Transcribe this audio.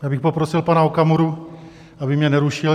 Já bych poprosil pana Okamuru, aby mě nerušil.